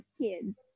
kids